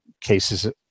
cases